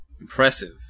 Impressive